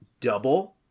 Double